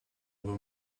over